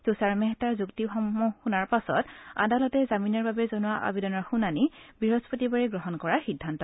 তৃষাৰ মেহতাৰ যুক্তিসমূহ শুনাৰ পাছত আদালতে জামিনৰ বাবে জনোৱা আবেদনৰ শুনানি বৃহস্পতিবাৰে গ্ৰহণ কৰাৰ সিদ্ধান্ত লয়